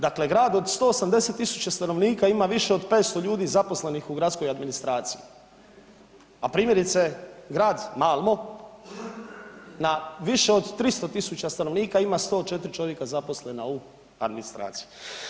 Dakle, grad od 180 tisuća stanovnika ima više od 500 ljudi zaposlenih u gradskoj administraciji, a primjerice Grad Malmo na više od 300 tisuća stanovnika ima 104 čovjeka zaposlena u administraciji.